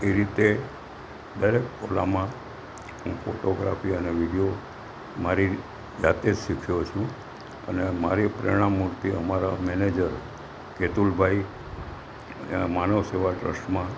એ રીતે દરેક પોગ્રામમાં હું ફોટોગ્રાફી અને વિડીયો મારી જાતે શીખ્યો છું અને મારી પ્રેરણામૂર્તિ અમારા મેનેજર કેતુલ ભાઈ અહીંયાં માનવ સેવા ટ્રસ્ટમાં